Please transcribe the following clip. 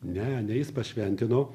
ne ne jis pašventino